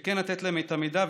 כן לתת להם את המידע,